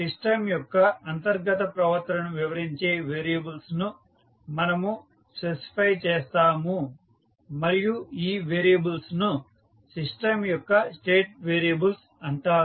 system యొక్క అంతర్గత ప్రవర్తనను వివరించే వేరియబుల్స్ ను మనము స్పెసిఫై చేస్తాము మరియు ఈ వేరియబుల్స్ ను సిస్టం యొక్క స్టేట్ వేరియబుల్స్ అంటారు